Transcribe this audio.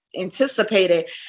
anticipated